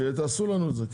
תעשו לנו את זה.